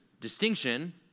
distinction